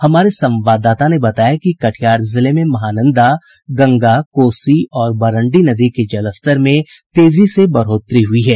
हमारे संवाददाता ने बताया कि कटिहार जिले में महानंदा गंगा कोसी और बरंडी नदी के जलस्तर में तेजी से बढ़ोतरी हुई है